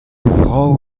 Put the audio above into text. vrav